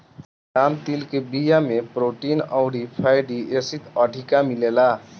राम तिल के बिया में प्रोटीन अउरी फैटी एसिड अधिका मिलेला